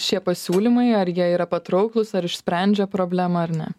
šie pasiūlymai ar jie yra patrauklūs ar išsprendžia problemą ar ne